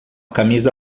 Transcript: camisa